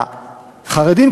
החרדים,